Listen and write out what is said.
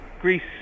Greece